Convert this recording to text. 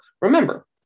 remember